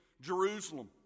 Jerusalem